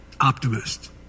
optimist